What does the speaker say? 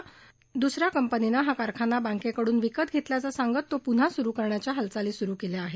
मात्र दुस या एका कंपनीनं हा कारखाना बँकेकडून विकत घेतल्याचं सांगत तो पुन्हा सुरु करण्याच्या हालचाली सुरु केल्या आहेत